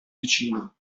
vicino